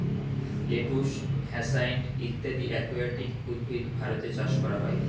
lettuce, hyacinth ইত্যাদি aquatic উদ্ভিদ ভারতে চাষ করা হয়